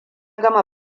gama